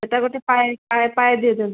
ସେଟା ଗୋଟେ ପାଏ ପାଏ ପାଏ ଦେଇ ଦିଅନ୍ତୁ